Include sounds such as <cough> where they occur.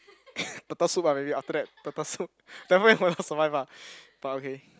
<laughs> turtle soup ah maybe after that turtle soup <laughs> then wait for you all survive ah but okay